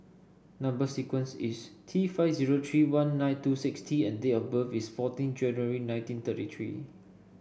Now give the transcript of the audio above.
number sequence is T five zero three one nine two six T and date of birth is fourteen January nineteen thirty three